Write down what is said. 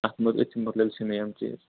اتھ مُتعلِق چھِ مطلب چھ مےٚ یِم چیٖز